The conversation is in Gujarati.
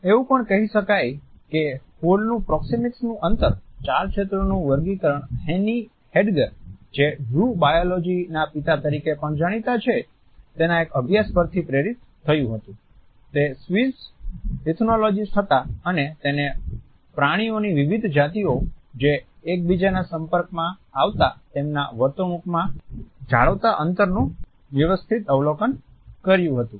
એવું પણ કહી શકાય છે કે હોલનું પ્રોક્સિમિકસ અંતરનું ચાર ક્ષેત્રોનુ વર્ગીકરણ હેની હેડીગર જે ઝૂ બાયોલોજી ના પિતા તરીકે પણ જાણીતા છે તેના એક અભ્યાસ પરથી પ્રેરિત થયું હતું તે સ્વિસ ઇથેલોજિસ્ટ હતા અને તેને પ્રાણીઓની વિવિધ જાતિઓ જે એકબીજાના સંપર્કમાં આવતા તેમના વર્તણૂકમાં જાળવતા અંતરનું વ્યવસ્થિત આવલોકન કર્યું હતું